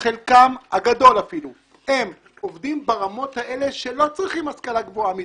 חלקם הגדול הם עובדים ברמות האלה שלא צריכים השכלה גבוהה מדי.